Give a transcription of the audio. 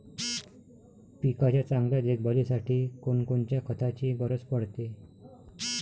पिकाच्या चांगल्या देखभालीसाठी कोनकोनच्या खताची गरज पडते?